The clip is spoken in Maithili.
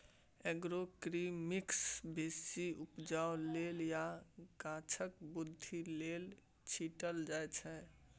एग्रोकेमिकल्स बेसी उपजा लेल आ गाछक बृद्धि लेल छीटल जाइ छै